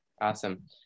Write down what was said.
Awesome